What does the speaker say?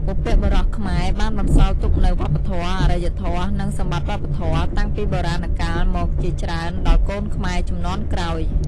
បុព្វបុរសខ្មែរបានបន្សល់ទុកនូវ វប្បធម៌ អរិយធម៌ និងសម្បត្តិវប្បធម៌តាំងពីបុរាណកាលមកជាច្រើនដល់កូនខ្មែរជំនាន់ក្រោយ។